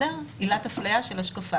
עילת אפליה של השקפה,